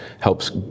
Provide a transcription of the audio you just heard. helps